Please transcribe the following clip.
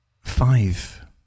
five